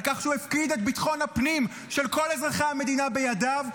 על כך שהוא הפקיד את ביטחון הפנים של כל אזרחי המדינה בידיו,